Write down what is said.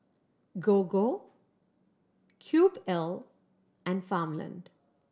Gogo Cube L and Farmland